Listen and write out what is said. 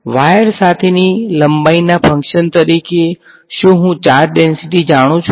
wire સાથેની લંબાઈના function તરીકે શું હું ચાર્જ ડેંસીટી જાણું છું